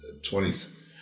20s